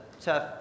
tough